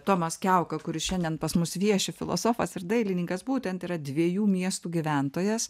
tomas kiauka kuris šiandien pas mus vieši filosofas ir dailininkas būtent yra dviejų miestų gyventojas